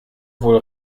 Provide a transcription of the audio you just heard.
wohl